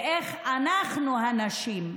ואיך אנחנו הנשים,